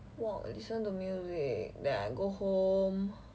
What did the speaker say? walk listen to music then I go home